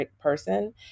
person